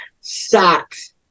socks